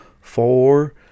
four